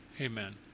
Amen